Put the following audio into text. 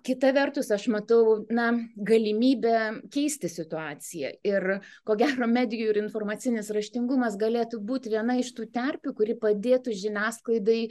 kita vertus aš matau na galimybę keisti situaciją ir ko gero medijų ir informacinis raštingumas galėtų būti viena iš tų terpių kuri padėtų žiniasklaidai